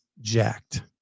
jacked